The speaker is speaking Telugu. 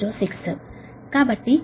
కాబట్టి ఇది మీ 33